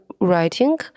writing